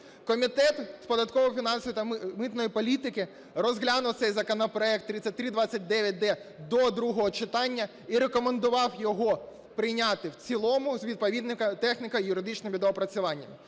Комітет з податкової, фінансової та митної політики розглянув цей законопроект 3329-д до другого читання і рекомендував його прийняти в цілому з відповідними техніко-юридичними доопрацюваннями.